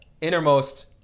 innermost